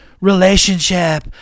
Relationship